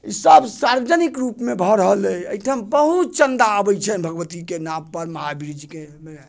इसभ सार्वजनिक रूपमे भऽ रहल अछि एहिठाम बहुत चंदा अबै छनि भगवतीके नाम पर महावीर जीके मे